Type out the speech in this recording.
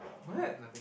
what